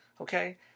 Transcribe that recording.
okay